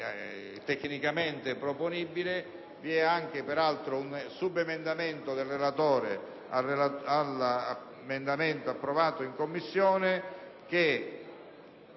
tecnicamente proponibile. Vi è anche, peraltro, un subemendamento del relatore all'emendamento approvato in Commissione, che